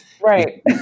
Right